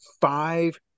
five